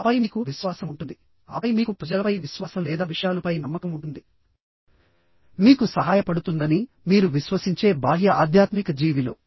ఆపై మీకు విశ్వాసం ఉంటుంది ఆపై మీకు ప్రజలపై విశ్వాసం లేదా విషయాలు పై నమ్మకం ఉంటుంది మీకు సహాయపడుతుందని మీరు విశ్వసించే బాహ్య ఆధ్యాత్మిక జీవిలో